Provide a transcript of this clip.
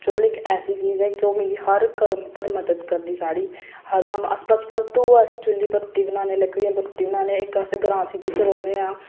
चु'ल्ल इक्क ऐसी चीज़ ऐ जो हर कम्म च मदद करदी साढ़ी अस चु'ल्ली पर रुट्टी बनाने लकड़ियें पर रुट्टी बनाने इक अस ग्रांऽ सिटी च रौह्ने आं